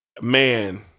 Man